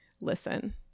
listen